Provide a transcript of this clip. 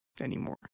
Anymore